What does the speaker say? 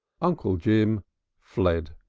uncle jim fled.